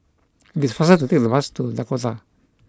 it is faster to take the bus to Dakota